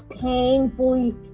Painfully